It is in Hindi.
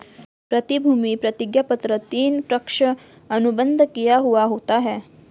प्रतिभूति प्रतिज्ञापत्र तीन, पक्ष अनुबंध किया हुवा होता है